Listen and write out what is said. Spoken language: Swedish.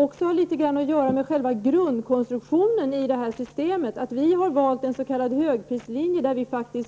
Också systemets grundkonstruktion spelar in. Vi har valt en s.k. högprislinje, genom vilken vi